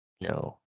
No